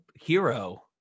hero